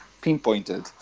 pinpointed